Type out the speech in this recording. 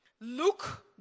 Look